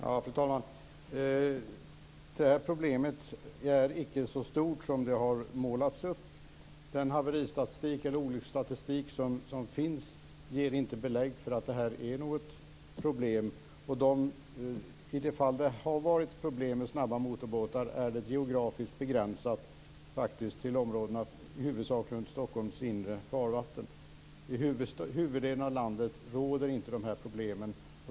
Fru talman! Det här problemet är icke så stort som det har målats upp. Den olycksstatistik som finns ger inte belägg för att det här är något problem. I de fall där det har varit problem med snabba motorbåtar, är dessa geografiskt begränsade till i huvudsak områdena runt Stockholms inre farvatten. I huvuddelen av landet finns inte de här problemen.